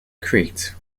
creaked